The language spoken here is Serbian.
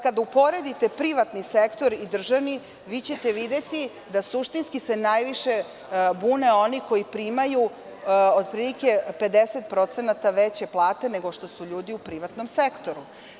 Kada uporedite privatni sektor i državni, videćete da se suštinski najviše bune oni koji primaju otprilike 50% veće plate nego što su ljudi u privatnom sektoru.